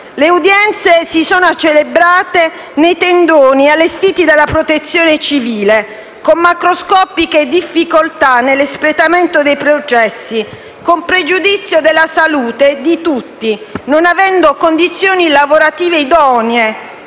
Le udienze si sono celebrate nei tendoni allestiti dalla Protezione civile, con macroscopiche difficoltà nell'espletamento dei processi, alcuni anche sospesi, con pregiudizio della salute di tutti, non avendo condizioni lavorative idonee